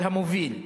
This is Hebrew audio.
על המוביל.